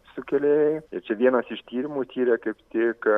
sukėlėjai ir čia vienas iš tyrimų tyrė kaip tik